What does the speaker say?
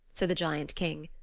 said the giant king.